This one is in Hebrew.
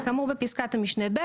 כאמור בפסקת משנה ב'.